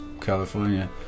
California